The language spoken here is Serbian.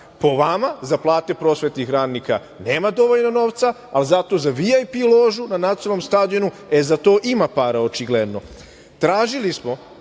Po vama, za plate prosvetnih radnika nema dovoljno novca, ali zato za VIP ložu na nacionalnom stadionu, za to ima para očigledno. Tražili smo